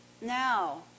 now